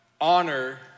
Honor